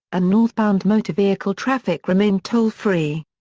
and northbound motor vehicle traffic remain toll free.